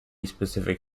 specific